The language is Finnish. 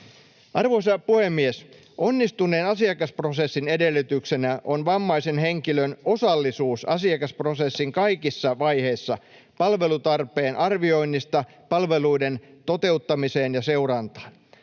Arvoisa puhemies! Onnistuneen asiakasprosessin edellytyksenä on vammaisen henkilön osallisuus asiakasprosessin kaikissa vaiheissa palvelutarpeen arvioinnista palveluiden toteuttamiseen ja seurantaan.